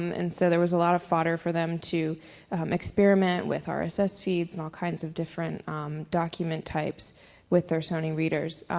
um and so there was a lot of fodder for them to experiment with so rss feeds and all kinds of different document types with their sony readers.